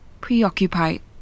preoccupied